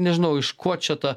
nežinau iš ko čia ta